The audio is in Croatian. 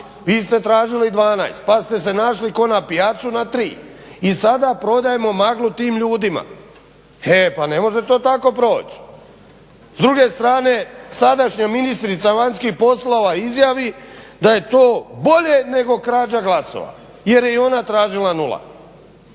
vi ste tražili 12 pa ste se našli ko na pijacu na 3 i sada prodajemo maglu tim ljudima. E pa ne može to tako proć'. S druge strane, sadašnja ministrica vanjskih poslova izjavi da je to bolje nego krađa glasova jer je i ona tražila nula.